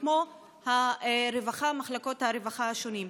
כמו מחלקות הרווחה השונות.